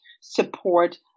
support